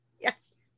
Yes